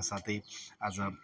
र साथै आज